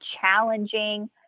challenging